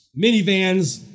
Minivans